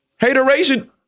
hateration